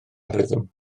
rhythm